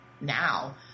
now